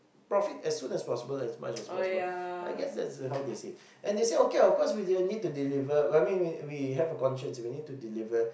profit as soon as possible as much as possible I guess that's how they say it and they say of course we need to deliver I mean we have a conscience and we need to deliver